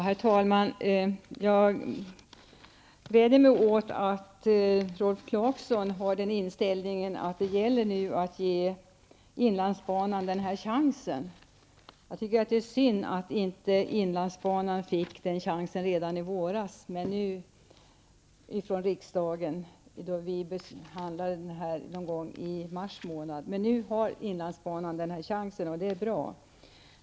Herr talman! Jag gläder mig åt att Rolf Clarkson har den inställningen att det nu gäller att ge inlandsbanan den här chansen. Jag tycker att det är synd att inlandsbanan inte fick den chansen av riksdagen redan i våras. Vi behandlade denna fråga någon gång i mars månad.